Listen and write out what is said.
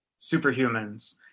superhumans